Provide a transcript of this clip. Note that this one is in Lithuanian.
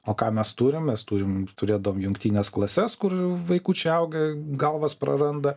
o ką mes turim mes turim turėdom jungtines klases kur vaikučiai auga galvas praranda